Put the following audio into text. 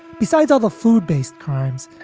besides all the food based crimes,